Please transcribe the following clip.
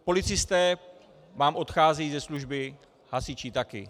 Policisté vám odcházejí ze služby, hasiči taky.